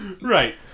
Right